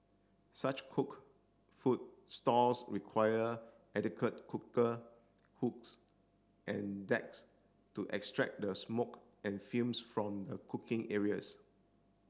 such cooked food stalls require adequate cooker hoods and to extract the smoke and fumes from the cooking areas